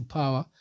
power